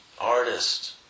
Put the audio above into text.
artist